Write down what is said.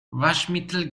waschmittel